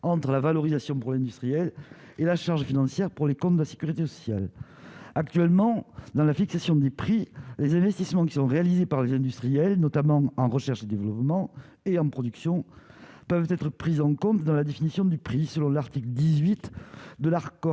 entre la valorisation pour l'industriel et la charge financière pour les comptes de la Sécurité sociale, actuellement dans la fixation des prix, les investissements qui sont réalisés par les industriels, notamment en recherche et développement et en production peuvent être prises en compte dans la définition du prix, selon l'article 18 de la record